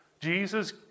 Jesus